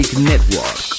Network